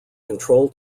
control